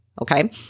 Okay